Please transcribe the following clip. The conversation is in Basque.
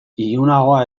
ilunagoa